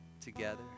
together